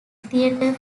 theatre